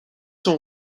son